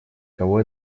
кого